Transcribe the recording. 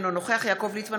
אינו נוכח יעקב ליצמן,